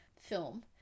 film